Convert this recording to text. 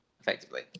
effectively